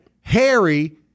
Harry